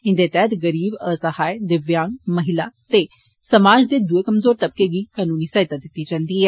इन्दे तैहत गरीब असहाय दिव्यांग महिला ते समाज दे दुए कमज़ोर तबके गी कनूनी सहायता दिती जन्दी ऐ